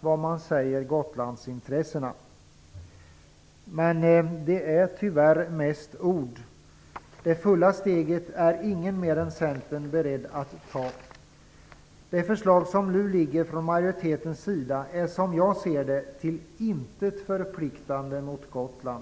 värna Gotlandsintressena. Tyvärr är det mest ord. Inget annat parti än Centern är berett att ta steget fullt ut. Det förslag som nu kommer från majoritetens sida är, som jag ser det, till intet förpliktande gentemot Gotland.